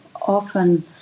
often